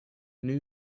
new